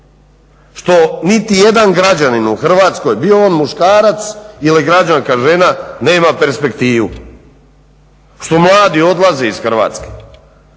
što niti jedan građanin u Hrvatskoj bio on muškarac ili građanka žena nema perspektivu, što mladi odlaze iz Hrvatske,